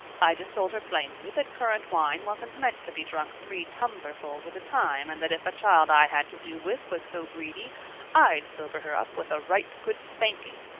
i just told her plainly that currant wine wasn't meant to be drunk three tumblerfuls at a time and that if a child i had to do with was so greedy i'd sober her up with a right good spanking.